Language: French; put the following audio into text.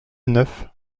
neuf